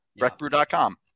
BreckBrew.com